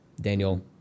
Daniel